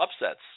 upsets